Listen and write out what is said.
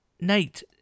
Nate